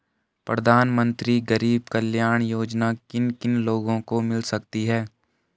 प्रधानमंत्री गरीब कल्याण योजना किन किन लोगों को मिल सकती है?